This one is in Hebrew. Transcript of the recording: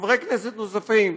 חברי כנסת נוספים,